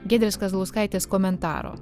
giedrės kazlauskaitės komentaro